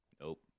Nope